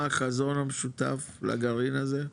מה החזון המשותף לגרעין הזה?